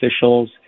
officials